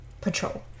patrol